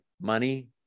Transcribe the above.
Money